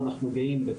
ואנחנו גאים בכך.